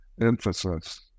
emphasis